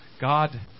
God